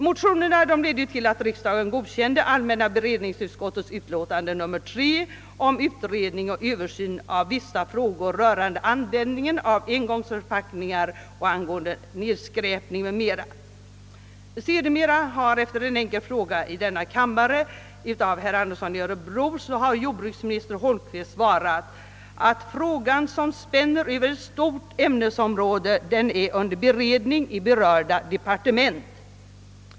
Motionerna ledde till att riksdagen godkände allmänna be redningsutskottets utlåtande nr 3 om utredning och översyn av vissa frågor rörande användningen av engångsförpackningar och angående nedskräpning m.m. Sedermera har, efter en enkel fråga i denna kammare av herr Andersson i Örebro, jordbruksminister Holmqvist svarat att frågan, som spänner över ett stort ämnesområde, är under beredning i berörda depårtement.